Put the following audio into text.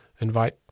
Invite